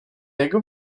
jego